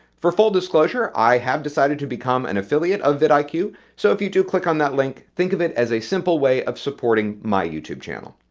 for full disclosure i have decided to become an affiliate of vidiq, so if you do click on that link think of it as a simple way of supporting my youtube channel.